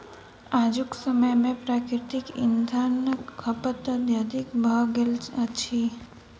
आजुक समय मे प्राकृतिक इंधनक खपत अत्यधिक भ गेल अछि